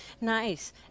Nice